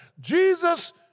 Jesus